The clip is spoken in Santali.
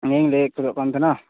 ᱤᱧ ᱞᱟᱹᱭ